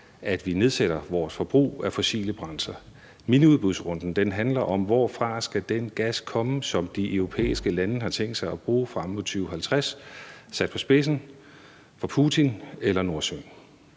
at vi nedsætter vores forbrug af fossile brændsler. Miniudbudsrunden handler om, hvorfra den gas, som de europæiske lande har tænkt sig at bruge frem mod 2050, skal komme. Sat på spidsen